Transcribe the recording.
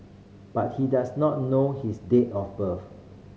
but he does not know his date of birth